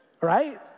right